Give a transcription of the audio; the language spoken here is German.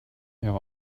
ihre